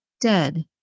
Dead